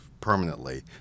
permanently